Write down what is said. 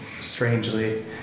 strangely